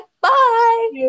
Bye